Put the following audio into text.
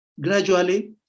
gradually